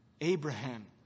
Abraham